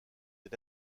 des